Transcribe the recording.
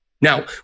Now